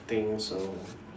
thing so